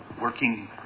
working